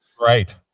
right